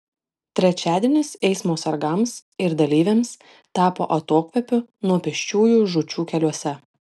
trečiadienis eismo sargams ir dalyviams tapo atokvėpiu nuo pėsčiųjų žūčių keliuose